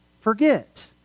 forget